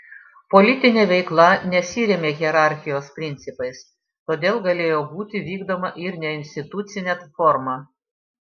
politinė veikla nesirėmė hierarchijos principais todėl galėjo būti vykdoma ir neinstitucine forma